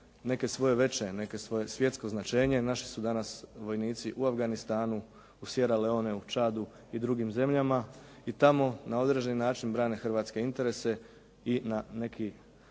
neke svoje veće, neko svoje svjetsko značenje. Naši su danas vojnici u Afganistanu, u Sierra Leoneu, u Čadu i drugim zemljama i tamo na određeni način brane hrvatske interese i na neki